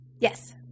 Yes